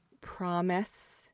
promise